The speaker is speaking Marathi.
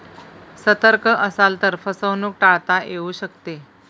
सतर्क असाल तर फसवणूक टाळता येऊ शकते